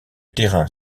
terrain